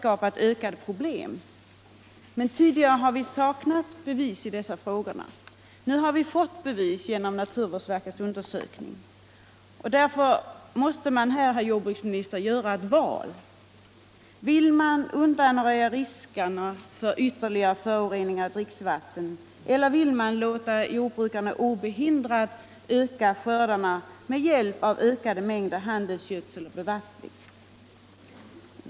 Tidigare har det saknats bevisunderlag för farhågorna i detta sammanhang, men nu har vi fått sådana bevis genom naturvårdsverkets undersökning. Därför måste man, herr jordbruksminister, göra ett val. Vill man undanröja riskerna för ytterligare förorening av dricksvatten eller vill man låta jordbrukarna obehindrat öka skördarna med hjälp av större mängder handelsgödsel och bevattning?